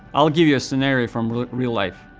i'll give you a scenario from real life.